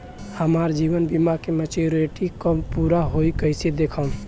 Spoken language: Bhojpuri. हमार जीवन बीमा के मेचीयोरिटी कब पूरा होई कईसे देखम्?